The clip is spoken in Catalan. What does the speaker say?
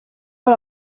vol